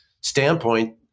standpoint